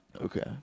Okay